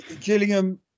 Gillingham